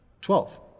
Twelve